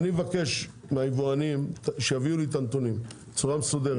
אני מבקש שהיבואנים יביאו לי את הנתונים בצורה מסודרת.